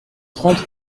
trente